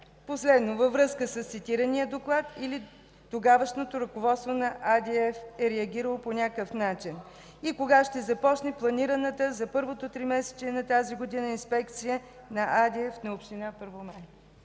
Последно: във връзка с цитирания доклад или тогавашното ръководство на АДФИ е реагирало по някакъв начин и кога ще започне планираната за първото тримесечие на тази година инспекция на АДФИ на община Първомай?